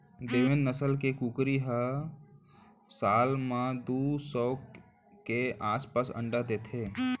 देवेन्द नसल के कुकरी ह साल म दू सौ के आसपास अंडा देथे